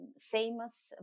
famous